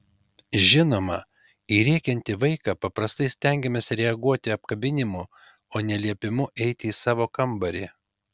žinoma į rėkiantį vaiką paprastai stengiamės reaguoti apkabinimu o ne liepimu eiti į savo kambarį